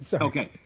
Okay